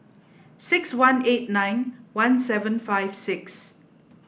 six one eight nine one seven five six